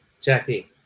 Jackie